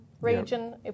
region